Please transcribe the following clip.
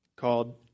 called